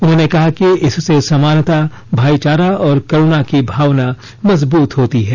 उन्होंने कहा कि इससे समानता भाईचारा और करुणा की भावना मजबूत होती है